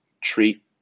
treat